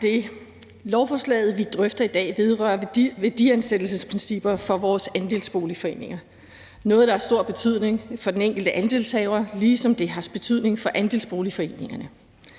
det. Lovforslaget, vi drøfter i dag, vedrører værdiansættelsesprincipper for vores andelsboligforeninger. Det er noget, der har stor betydning for den enkelte andelshaver, ligesom det har betydning for andelsboligforeningerne,